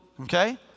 okay